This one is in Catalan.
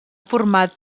format